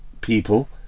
people